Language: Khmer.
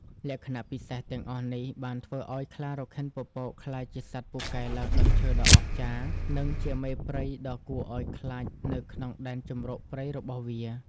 លក្ខណៈពិសេសទាំងអស់នេះបានធ្វើឲ្យខ្លារខិនពពកក្លាយជាសត្វពូកែឡើងដើមឈើដ៏អស្ចារ្យ និងជាមេព្រៃដ៏គួរឲ្យខ្លាចនៅក្នុងដែនជម្រកព្រៃរបស់វា។